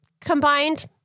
combined